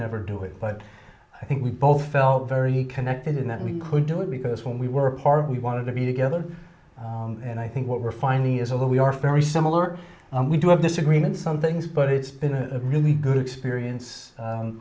never do it but i think we both felt very connected in that we could do it because when we were apart we wanted to be together and i think what we're finding is over we are very similar and we do have disagreements some things but it's been a really good experience